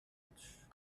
edge